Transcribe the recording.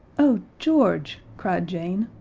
oh, george, cried jane,